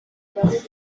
barreau